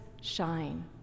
shine